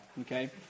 okay